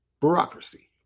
Bureaucracy